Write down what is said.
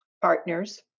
partners